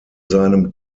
seinem